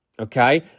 okay